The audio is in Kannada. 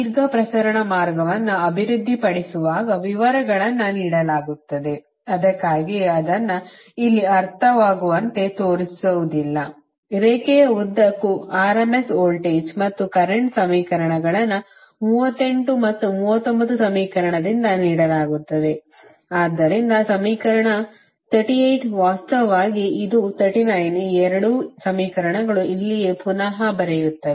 ದೀರ್ಘ ಪ್ರಸರಣ ಮಾರ್ಗವನ್ನು ಅಭಿವೃದ್ಧಿಪಡಿಸುವಾಗ ವಿವರಗಳನ್ನು ನೀಡಲಾಗುತ್ತದೆ ಅದಕ್ಕಾಗಿಯೇ ಅದನ್ನು ಇಲ್ಲಿ ಅರ್ಥವಾಗುವಂತೆ ತೋರಿಸುವುದಿಲ್ಲ ರೇಖೆಯ ಉದ್ದಕ್ಕೂ r m s ವೋಲ್ಟೇಜ್ ಮತ್ತು ಕರೆಂಟ್ ಸಮೀಕರಣಗಳನ್ನು 38 ಮತ್ತು 39 ಸಮೀಕರಣದಿಂದ ನೀಡಲಾಗುತ್ತದೆ ಆದ್ದರಿಂದ ಸಮೀಕರಣ 38 ವಾಸ್ತವವಾಗಿ ಇದು ಮತ್ತು 39 ಈ 2 ಸಮೀಕರಣಗಳು ಇಲ್ಲಿಯೇ ಪುನಃ ಬರೆಯುತ್ತವೆ